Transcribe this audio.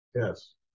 Yes